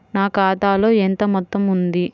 నా ఖాతాలో ఎంత మొత్తం ఉంది?